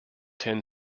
ten